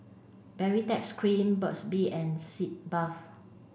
Baritex cream Burt's bee and Sitz bath